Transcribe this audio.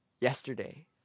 yesterday